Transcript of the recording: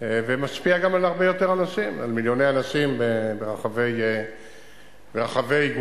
ומשפיע גם על מיליוני אנשים ברחבי גוש-דן.